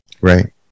right